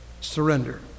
Surrender